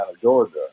Georgia